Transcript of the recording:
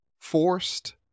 forced